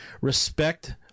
respect